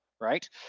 right